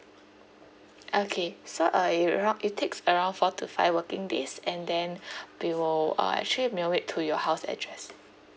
okay so uh it around it takes around four to five working days and then we will uh actually mail it to your house address